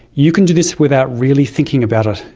you can do this without really thinking about it.